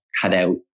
cutout